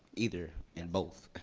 either and both.